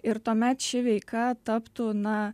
ir tuomet ši veika taptų na